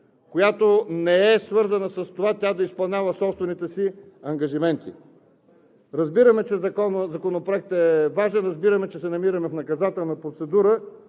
която не е свързана с това да изпълнява собствените си ангажименти. Разбираме, че Законопроектът е важен, разбираме, че се намираме в наказателна процедура